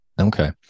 Okay